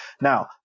Now